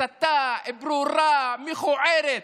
הסתה ברורה, מכוערת,